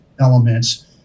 elements